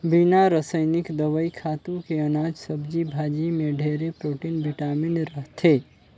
बिना रसइनिक दवई, खातू के अनाज, सब्जी भाजी में ढेरे प्रोटिन, बिटामिन रहथे